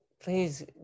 please